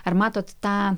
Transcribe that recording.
ar matot tą